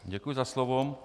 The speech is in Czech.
Děkuji za slovo.